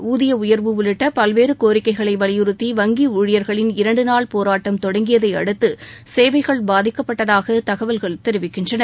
ஊதிய உயர்வு உள்ளிட்ட பல்வேறு கோரிக்கைகளை வலியுறுத்தி வங்கி ஊழியர்களின் இரண்டுநாள் போராட்டம் தொடங்கியதை அடுத்து சேவைகள் பாதிக்கப்பட்டதாக தகவல்கள் தெரிவிக்கின்றன